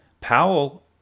Powell